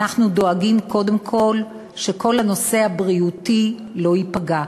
אנחנו דואגים קודם כול שכל הנושא הבריאותי לא ייפגע,